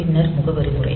பின்னர் முகவரி முறை